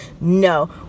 no